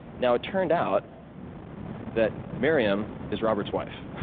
now it turned out that miriam is robert's wife.